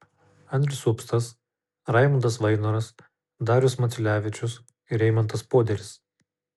andrius upstas raimundas vainoras darius maciulevičius ir eimantas poderis